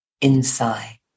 inside